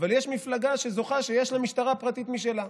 אבל יש מפלגה שזוכה שיש לה משטרה פרטית משלה,